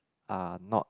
are not